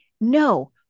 No